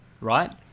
right